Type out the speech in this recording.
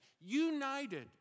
united